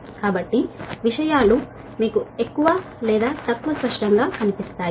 కాబట్టి ఇవన్నీ మీకు ఎక్కువ లేదా తక్కువ స్పష్టంగా కనిపిస్తాయి